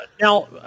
Now